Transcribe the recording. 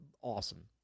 awesome